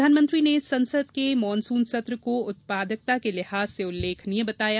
प्रधानमंत्री ने संसद के मानसून सत्र को उत्पादकता के लिहाज से उल्लेखनीय बताया